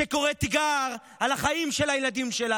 שקורא תיגר על החיים של הילדים שלנו,